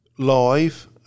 live